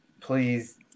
Please